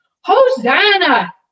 Hosanna